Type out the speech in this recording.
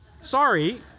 Sorry